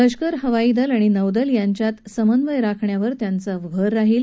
लष्कर हवाईदल आणि नौदल यांच्यात चांगला समन्वय राखण्यावर त्यांचा भर राहील